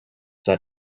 that